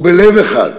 ובלב אחד,